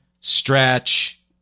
stretch